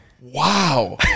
Wow